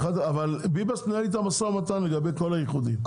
אבל ביבס מנהל את המשא ומתן לגבי כל האיחודים,